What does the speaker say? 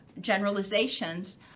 generalizations